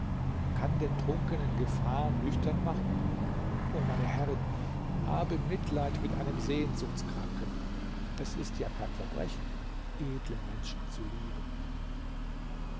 kann den trunkenen gefahr nüchtern machen o meine herrin habe mitleid mit einem sehnsuchtskranken es ist ja kein verbrechen edle menschen zu lieben